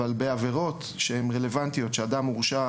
אבל בעבירות שהן רלוונטיות, שאדם הורשע,